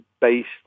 based